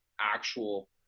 actual